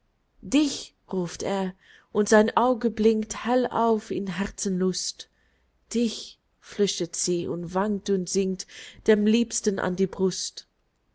dich ruft er und sein auge blinkt hell auf in herzenslust dich flüstert sie und wankt und sinkt dem liebsten an die brust